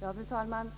Fru talman!